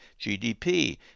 GDP